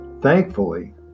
Thankfully